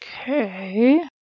Okay